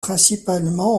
principalement